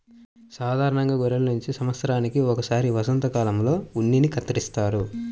సాధారణంగా గొర్రెల నుంచి సంవత్సరానికి ఒకసారి వసంతకాలంలో ఉన్నిని కత్తిరిస్తారు